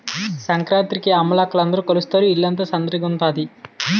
సంకురాత్రికి అమ్మలక్కల అందరూ కలుస్తారు ఇల్లంతా సందడిగుంతాది